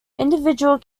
individual